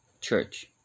church